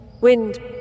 Wind